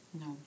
No